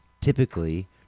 typically